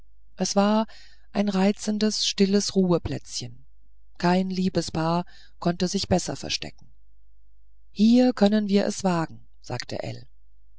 es war ein reizendes stilles ruheplätzchen kein liebespaar konnte sich besser verstecken hier können wir es wagen sagte